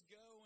go